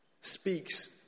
speaks